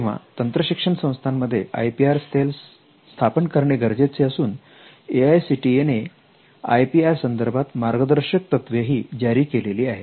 तेव्हा तंत्रशिक्षण संस्थामध्ये आय पी आर सेल स्थापन करणे गरजेचे असून A I C T E ने आय पी आर संदर्भात मार्गदर्शक तत्वे ही जारी केलेले आहेत